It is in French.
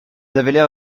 avaient